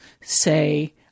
say